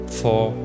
four